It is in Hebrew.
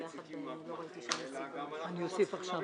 אנחנו רוצים לגמור